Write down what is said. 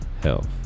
health